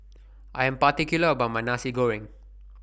I Am particular about My Nasi Goreng